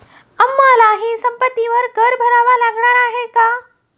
आम्हालाही संपत्ती कर भरावा लागणार आहे का?